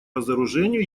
разоружению